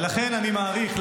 ולכן אני מעריך,